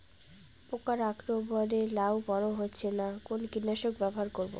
পোকার আক্রমণ এ লাউ বড় হচ্ছে না কোন কীটনাশক ব্যবহার করব?